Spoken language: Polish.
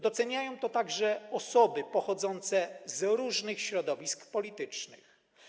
Doceniają to także osoby pochodzące z różnych środowisk politycznych.